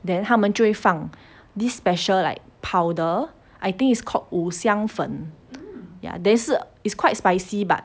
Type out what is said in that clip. then 他们就会放 this special like powder I think it's called 五香粉 ya then 是 it's quite spicy but